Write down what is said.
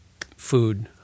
food